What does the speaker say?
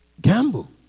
gamble